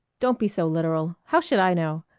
don't be so literal. how should i know?